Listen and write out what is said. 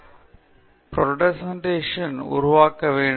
எனவே நீங்கள் மேலே சென்று ஒரு ப்ரெசென்ட்டேஷன் உருவாக்க வேண்டும்